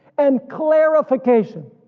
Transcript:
and clarification